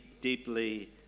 deeply